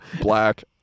Black